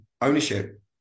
ownership